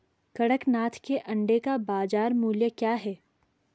कड़कनाथ के अंडे का बाज़ार मूल्य क्या है?